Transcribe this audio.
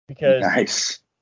Nice